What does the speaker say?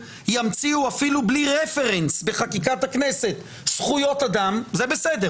ימציאו אפילו בלי רפרנס בחקיקת הכנסת זכויות אדם זה בסדר